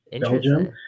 Belgium